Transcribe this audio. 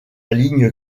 ligne